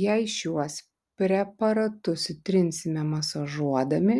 jei šiuos preparatus įtrinsime masažuodami